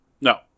No